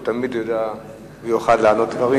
הוא תמיד יוכל לענות דברים.